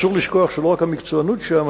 אסור לשכוח שהמקצוענות שם,